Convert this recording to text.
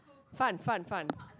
fun fun fun